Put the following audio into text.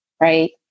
right